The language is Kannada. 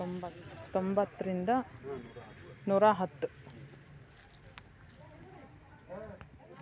ಚಂದಗಡ ಕಬ್ಬು ಎಷ್ಟ ಟನ್ ಇಳುವರಿ ಕೊಡತೇತ್ರಿ?